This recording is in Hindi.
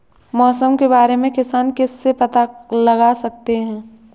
मौसम के बारे में किसान किससे पता लगा सकते हैं?